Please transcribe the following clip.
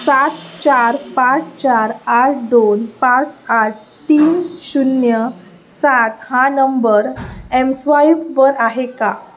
सात चार पाच चार आठ दोन पाच आठ तीन शून्य सात हा नंबर एमस्वाईपवर आहे का